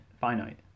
finite